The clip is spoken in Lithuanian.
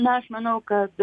na aš manau kad